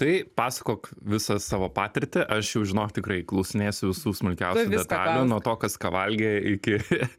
tai pasakok visą savo patirtį aš jau žinok tikrai klausinėsiu visų smulkiausių detalių nuo to kas ką valgė iki